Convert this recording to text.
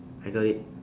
I got it